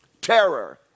terror